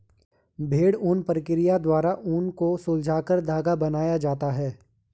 भेड़ ऊन प्रक्रिया द्वारा ऊन को सुलझाकर धागा बनाया जाता है